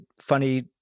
funny